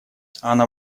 она